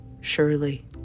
surely